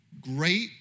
great